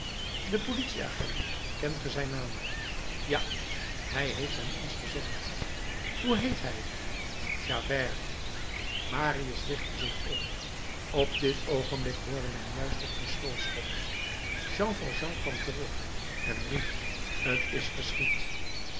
de politieagent kent ge zijn naam ja hij heeft hem ons gezegd hoe heet hij javert marius richtte zich op op dit oogenblik hoorde men juist het pistoolschot jean valjean kwam terug en riep t is geschied